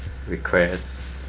requests